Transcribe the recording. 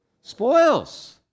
Spoils